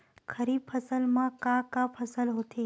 खरीफ फसल मा का का फसल होथे?